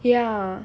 ya